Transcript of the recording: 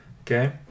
Okay